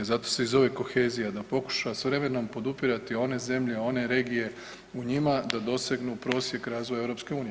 Zato se i zove kohezija da pokuša sa vremenom podupirati one zemlje, one regije u njima da dosegnu prosjek razvoja EU.